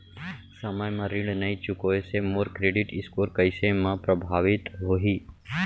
समय म ऋण नई चुकोय से मोर क्रेडिट स्कोर कइसे म प्रभावित होही?